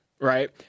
Right